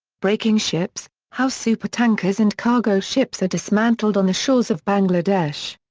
breaking ships how supertankers and cargo ships are dismantled on the shores of bangladesh.